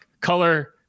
color